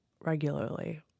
regularly